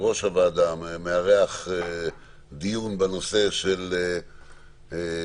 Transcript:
יושב-ראש הוועדה מארח דיון בנושא של גישור